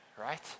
right